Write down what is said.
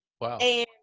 Wow